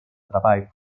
treball